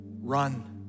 Run